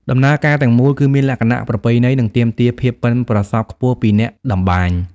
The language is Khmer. ដំណើរការទាំងមូលគឺមានលក្ខណៈប្រពៃណី និងទាមទារភាពប៉ិនប្រសប់ខ្ពស់ពីអ្នកតម្បាញ។